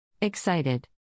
Excited